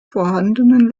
vorhandenen